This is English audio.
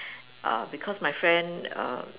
uh because my friend uh